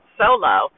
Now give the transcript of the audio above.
solo